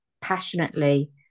passionately